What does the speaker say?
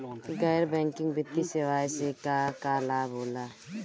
गैर बैंकिंग वित्तीय सेवाएं से का का लाभ होला?